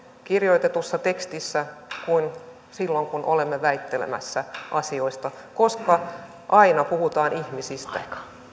kirjoitetussa tekstissä kuin silloin kun olemme väittelemässä asioista koska aina puhutaan ihmisistä